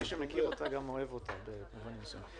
מי שמכיר אותה, גם אוהב אותה במובן מסוים.